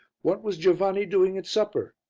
what was giovanni doing at supper?